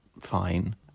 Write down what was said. fine